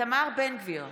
איתמר בן גביר,